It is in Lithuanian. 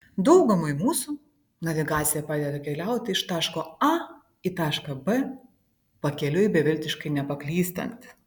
daugumai mūsų navigacija padeda keliauti iš taško a į tašką b pakeliui beviltiškai nepaklystant